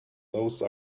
those